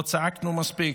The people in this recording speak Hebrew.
לא צעקנו מספיק,